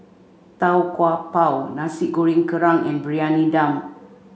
Tau Kwa Pau Nasi Goreng Kerang and Briyani Dum